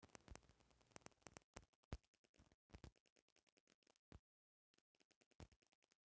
व्यवसाय के प्रकृति ओकरा आकार से लेके ओकर स्थान पर निर्भर करेला